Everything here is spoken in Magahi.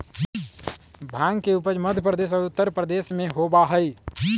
भांग के उपज मध्य प्रदेश और उत्तर प्रदेश में होबा हई